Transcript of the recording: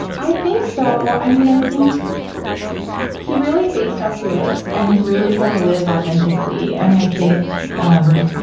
i think so. i mean, i think he really faced up to it and he really tried to live authentically. and i think um